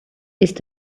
ist